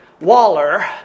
Waller